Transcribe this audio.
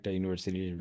university